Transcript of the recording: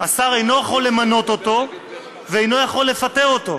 השר אינו יכול למנות אותו ואינו יכול לפטר אותו.